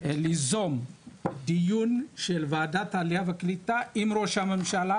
ליזום דיון של ועדת העלייה והקליטה עם ראש הממשלה,